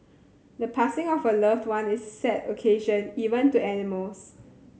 the passing of a loved one is a sad occasion even to animals